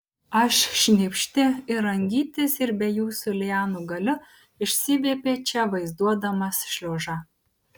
aš šnypšti ir rangytis ir be jūsų lianų galiu išsiviepė če vaizduodamas šliužą